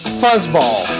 fuzzball